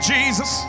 Jesus